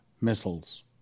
missiles